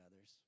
others